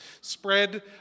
spread